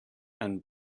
and